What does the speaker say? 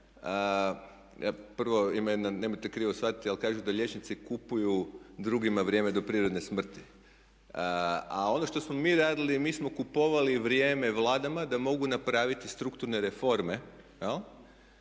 jedna, nemojte krivo shvatiti ali kažu da liječnici kupuju drugima vrijeme do prirodne smrti. A ono što smo mi radili mi smo kupovali vrijeme vladama da mogu napraviti strukturne reforme